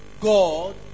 God